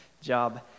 job